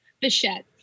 Bichette